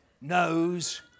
knows